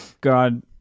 God